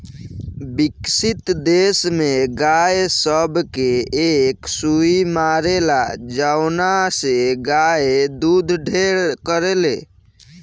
विकसित देश में गाय सब के एक सुई मारेला जवना से गाय दूध ढेर करले